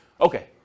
Okay